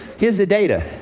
here's the data.